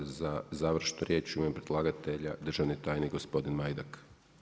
Za završnu riječ u ime predlagatelja, državni tajnik gospodin Majdak.